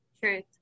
Truth